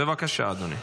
בבקשה, אדוני.